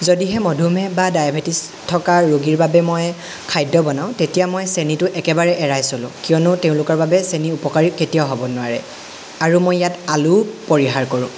যদিহে মধুমেহ বা ডাইবেটিছ থকা ৰোগীৰ বাবে মই খাদ্য বনাওঁ তেতিয়া মই চেনিটো একেবাৰে এৰাই চলোঁ কিয়নো তেওঁলোকৰ বাবে চেনি উপকাৰী কেতিয়াও হ'ব নোৱাৰে আৰু মই ইয়াত আলুও পৰিহাৰ কৰোঁ